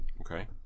Okay